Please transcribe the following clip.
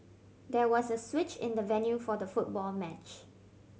there was a switch in the venue for the football match